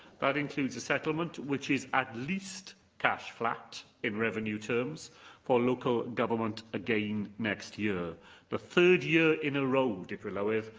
that includes a settlement that is at least cash-flat in revenue terms for local government again next year the third year in a row, dirprwy lywydd,